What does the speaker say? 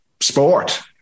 sport